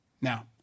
Now